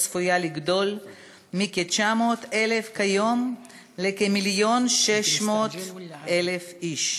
צפויה לגדול מכ-900,000 כיום לכ-1.6 מיליון איש.